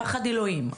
פחד אלוהים,